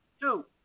two